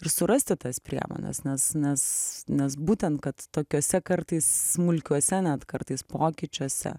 ir surasti tas priemones nes nes nes būtent kad tokiuose kartais smulkiuose net kartais pokyčiuose